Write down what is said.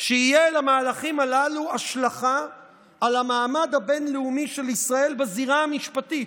שתהיה למהלכים הללו השלכה על המעמד הבין-לאומי של ישראל בזירה המשפטית,